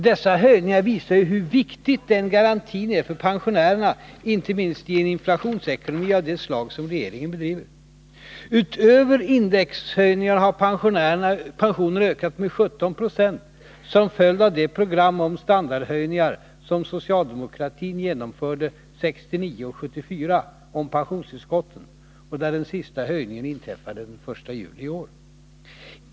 Dessa höjningar visar ju hur viktig denna garanti är för pensionärerna, inte minst i en inflationsekonomi av det slag som regeringen bedriver. Utöver genom indexhöjningar har pensionerna ökat med 17 90 som följd av det program för standardhöjningar som socialdemokratin genomförde 1969 och 1974 om pensionstillskotten och där den sista höjningen inträffade den 1 juli i år.